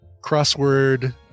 crossword